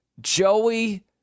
Joey